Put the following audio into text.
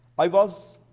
i was